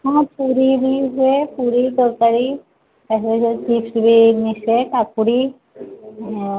ହଁ ପୁରୀ ବି ହୁଏ ପୁରୀ ତରକାରୀ ମିଶେ କାକୁଡ଼ି ଆଉ